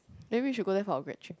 then we should go there for our grad trip